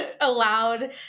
allowed